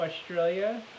australia